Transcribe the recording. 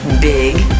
Big